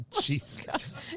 Jesus